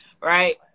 Right